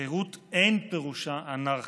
חירות אין פירושה אנרכיה.